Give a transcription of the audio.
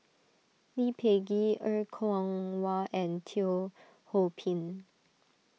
Lee Peh Gee Er Kwong Wah and Teo Ho Pin